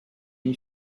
une